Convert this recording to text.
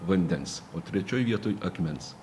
vandens o trečioj vietoj akmens